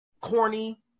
corny